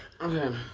Okay